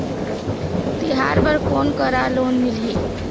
तिहार बर कोन करा लोन मिलही?